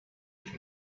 can